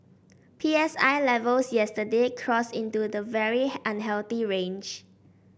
P S I levels yesterday crossed into the very unhealthy range